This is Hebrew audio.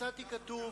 מצאתי כתוב: